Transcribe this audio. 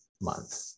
month